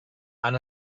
han